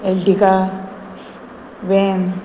Ertiga van